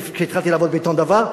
כשהתחלתי לעבוד בעיתון "דבר",